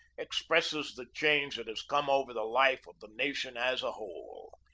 expresses the change that has come over the life of the nation as a whole.